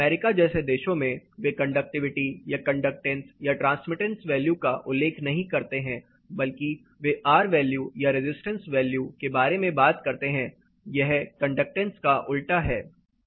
America जैसे देशों में वे कंडक्टिविटी या कंडक्टेंस या ट्रांसमिटेंस वैल्यू का उल्लेख नहीं करते हैं बल्कि वे R वैल्यू या रेजिस्टेंस वैल्यू के बारे में बात करते हैं यह कंडक्टेंस का उल्टा है